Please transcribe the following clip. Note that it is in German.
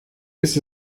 ist